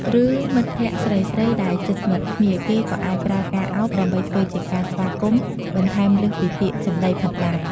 ឬ មិត្តភក្ដិស្រីៗដែលជិតស្និទ្ធគ្នា គេក៏អាចប្រើការឱប ដើម្បីធ្វើជាការស្វាគមន៍ បន្ថែមលើសពីពាក្យសម្ដីផងដែរ។